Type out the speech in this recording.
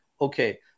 okay